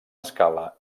escala